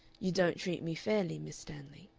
you don't treat me fairly, miss stanley.